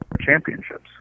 Championships